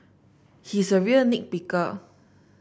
he is a real nit picker